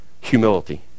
Humility